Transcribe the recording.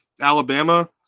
Alabama